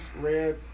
red